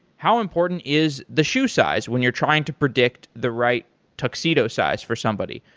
how important is the shoe size when you're trying to predict the right tuxedo size for somebody?